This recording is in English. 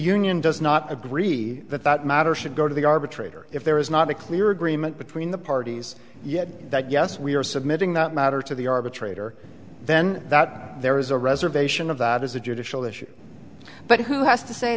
union does not agree that that matter should go to the arbitrator if there is not a clear agreement between the parties yes that yes we are submitting that matter to the arbitrator then that there is a reservation of that is a judicial issue but who has to say